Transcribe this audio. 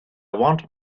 want